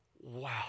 Wow